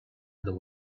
other